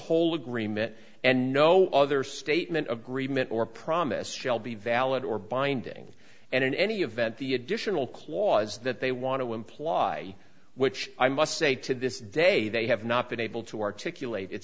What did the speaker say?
whole agreement and no other statement of agreement or promise shall be valid or binding and in any event the additional clause that they want to imply which i must say to this day they have not been able to articulate it